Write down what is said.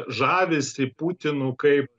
žavisi putinu kaip